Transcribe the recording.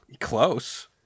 Close